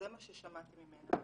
זה מה ששמעתי ממנה,